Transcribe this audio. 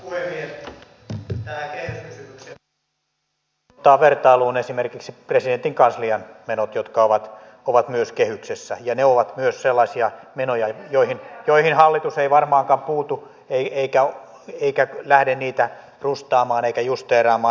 tähän kehyskysymykseen voisi tietysti ottaa vertailuun esimerkiksi presidentin kanslian menot jotka ovat myös kehyksessä ja ne ovat myös sellaisia menoja joihin hallitus ei varmaankaan puutu eikä lähde niitä rustaamaan eikä justeeraamaan